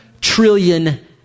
trillion